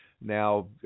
Now